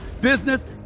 business